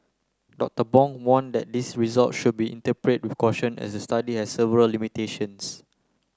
Doctor Bong warned that these results should be interpreted with caution as the study has several limitations